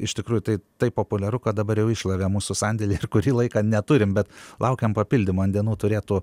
iš tikrųjų tai taip populiaru kad dabar jau iššlavė mūsų sandėlį ir kurį laiką neturim bet laukiam papildymo ant dienų turėtų